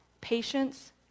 patience